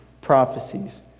prophecies